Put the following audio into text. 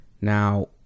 now